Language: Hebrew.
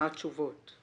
מה התשובות?